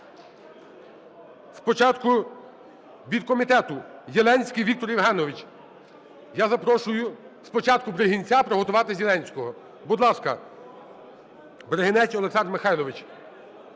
Спочатку від комітету Єленський Віктор Євгенович. Я запрошую спочатку Бригинця, приготуватись Єленському. Будь ласка, Бригинець Олександр Михайлович,